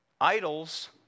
idols